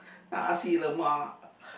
Nasi-Lemak